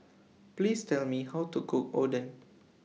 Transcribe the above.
Please Tell Me How to Cook Oden